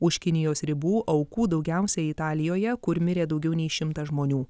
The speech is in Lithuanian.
už kinijos ribų aukų daugiausiai italijoje kur mirė daugiau nei šimtas žmonių